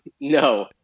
no